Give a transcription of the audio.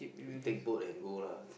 we take boat and go lah